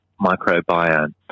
microbiome